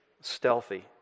stealthy